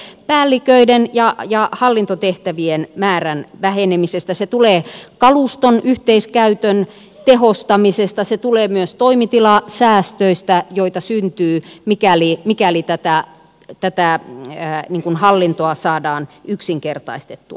se tulee päälliköiden ja hallintotehtävien määrän vähenemisestä se tulee kaluston yhteiskäytön tehostamisesta se tulee myös toimitilasäästöistä joita syntyy mikäli tätä hallintoa saadaan yksinkertaistettua